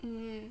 mm